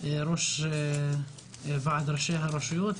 ראש ועד ראשי הרשויות,